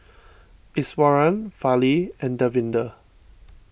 Iswaran Fali and Davinder